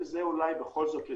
וזה אולי בכל זאת לטובתנו,